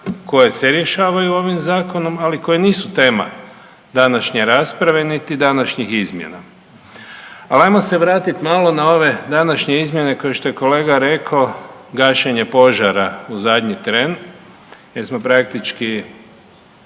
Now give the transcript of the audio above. koje se rješavaju ovim zakonom, ali koji nisu tema današnje rasprave niti današnjih izmjena. Ali ajmo se vratiti malo na ove današnje izmjene kao što je kolega rekao gašenje požara u zadnji tren jer smo praktički